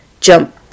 jump